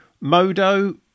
Modo